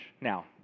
Now